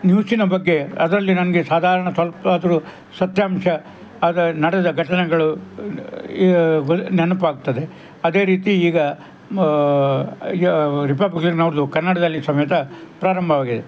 ನ್ಯೂಸಿನ ಬಗ್ಗೆ ಅದರಲ್ಲಿ ನನಗೆ ಸಾಧಾರಣ ಸ್ವಲ್ಪ ಆದರು ಸತ್ಯಾಂಶ ಆದ ನಡೆದ ಘಟನೆಗಳು ನೆನಪಾಗ್ತದೆ ಅದೇ ರೀತಿ ಈಗ ಈಗ ರಿಪಬ್ಲಿಕ್ನವ್ರದ್ದು ಕನ್ನಡದಲ್ಲಿ ಸಮೇತ ಪ್ರಾರಂಭವಾಗಿದೆ